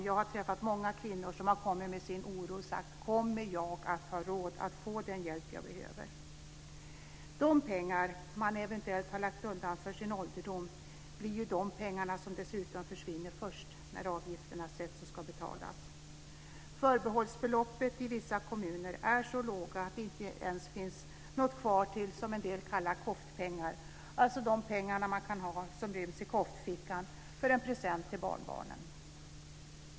Jag har träffat många kvinnor som har kommit med sin oro och frågat: Kommer jag att ha råd att få den hjälp som jag behöver? De pengar som man eventuellt har lagt undan för sin ålderdom blir dessutom de pengar som försvinner först när de avgifter som satts ska betalas. Förbehållsbeloppen är i vissa kommuner så låga att det inte ens finns något kvar till det som en del kallar koftpengar, alltså pengar som ryms i koftfickan för en present till barnbarnen.